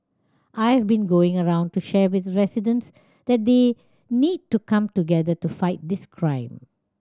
I have been going around to share with residents that they need to come together to fight this crime